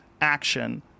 action